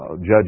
judge